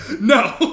No